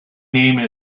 name